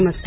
नमस्कार